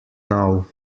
now